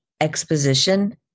exposition